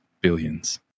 billions